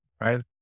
right